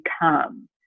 become